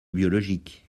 biologiques